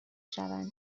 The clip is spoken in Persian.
بشوند